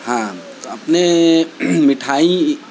ہاں اپنے مٹھائی